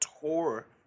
tour